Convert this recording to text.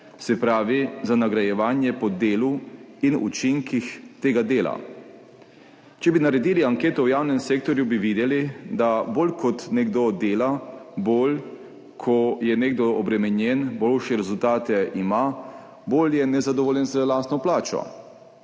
se pravi za nagrajevanje po delu in učinkih tega dela. Če bi naredili anketo v javnem sektorju, bi videli, da bolj kot nekdo dela, bolj ko je nekdo obremenjen, boljše rezultate ima, bolj je nezadovoljen z lastno plačo.